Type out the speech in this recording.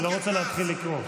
אני לא רוצה להתחיל לקרוא.